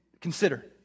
consider